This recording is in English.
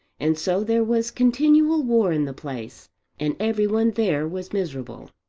and so there was continual war in the place and every one there was miserable.